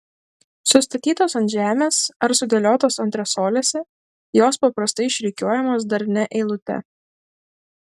sustatytos ant žemės ar sudėliotos antresolėse jos paprastai išrikiuojamos darnia eilute